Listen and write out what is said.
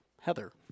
Heather